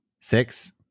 Six